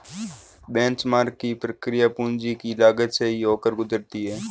benchmark की प्रक्रिया पूंजी की लागत से ही होकर गुजरती है